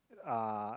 uh